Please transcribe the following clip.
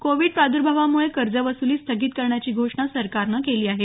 Covid प्रादर्भावामुळे कर्ज वस्तली स्थगित करण्याची घोषणा सरकारने केली आहे